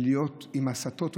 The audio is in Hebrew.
ולהיות עם הסתות,